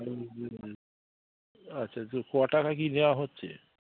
আচ্ছা তো ক টাকা কি নেওয়া হচ্ছে